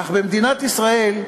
אך במדינת ישראל,